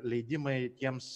leidimai tiems